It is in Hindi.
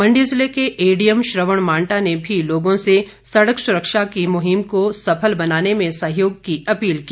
मंडी जिले के एडीएम श्रवण मांटा ने भी लोगों से सड़क सुरक्षा की मुहीम को सफल बनाने में सहयोग की अपील की